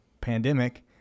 pandemic